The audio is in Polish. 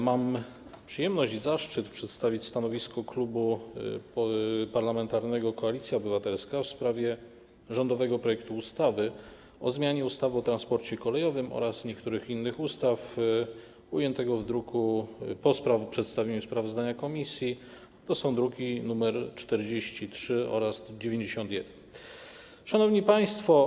Mam przyjemność i zaszczyt przedstawić stanowisko Klubu Parlamentarnego Koalicja Obywatelska w sprawie rządowego projektu ustawy o zmianie ustawy o transporcie kolejowym oraz niektórych innych ustaw po przedstawieniu sprawozdania komisji, to są druki nr 43 i 91. Szanowni Państwo!